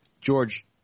George